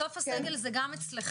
בסוף הסגל זה גם אצלכם.